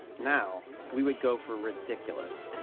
now we would go for ridiculous.